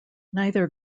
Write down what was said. neither